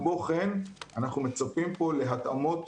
כמו כן אנחנו מצפים פה להתאמות